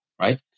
right